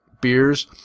beers